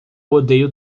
odeio